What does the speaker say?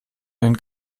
den